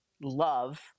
love